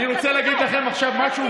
אני רוצה להגיד לכם עכשיו משהו,